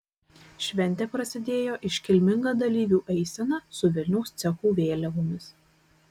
šventė prasidėjo iškilminga dalyvių eisena su vilniaus cechų vėliavomis